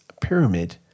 pyramid